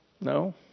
No